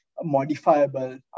modifiable